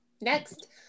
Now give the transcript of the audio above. Next